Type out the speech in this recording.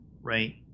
right